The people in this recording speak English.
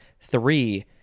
Three